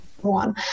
One